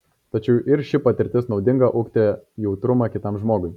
tačiau ir ši patirtis naudinga ugdė jautrumą kitam žmogui